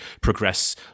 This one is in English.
progress